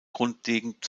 grundlegend